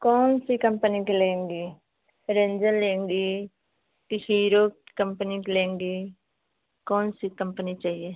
कौन सी कंपनी के लेंगी रेंजर लेंगी कि हीरो कंपनी के लेंगी कौन सी कंपनी चाहिए